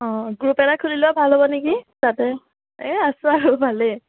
group এটা খুলি লোৱা ভাল হ'ব নেকি যাতে এই আছোঁ আৰু ভালেই